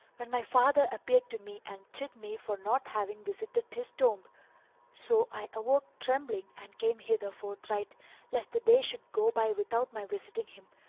when my father appeared to me and chid me for not having visited his tomb so i awoke trembling and came hither forthright lest the day should go by without my visiting him,